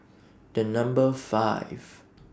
The Number five